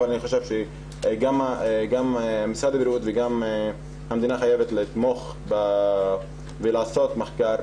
אבל אני חושב שגם משרד הבריאות וגם המדינה חייבת לתמוך ולעשות מחקר,